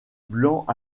blanc